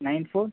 nine four